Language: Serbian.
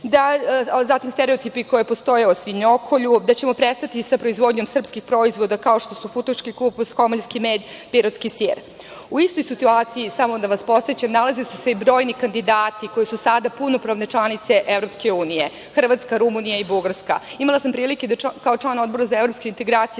zatim stereotipi koji postoje o svinjokolju, da ćemo prestati sa proizvodnjom srpskih proizvoda, kao što su futoški kupus, homoljski med, pirotski sir.U istoj situaciji, samo da vas podsetim, nalazili su se i brojni kandidati koji su sada punopravne članice EU - Hrvatska, Rumunija i Bugarska. Imala sam prilike da kao član Odbora za evropske integracije,